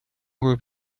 group